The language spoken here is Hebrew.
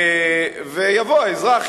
ויבוא האזרח,